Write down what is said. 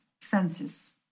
senses